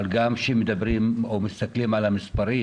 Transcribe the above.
אבל גם כשמסתכלים על המספרים,